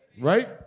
right